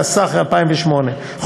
התשס"ח 2008,